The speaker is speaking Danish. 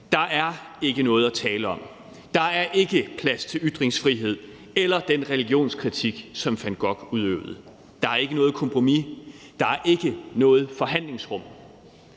Der er ikke noget at tale om. Der er ikke plads til ytringsfrihed eller den religionskritik, som van Gogh udøvede. Der er ikke noget kompromis. Der er ikke noget forhandlingsrum.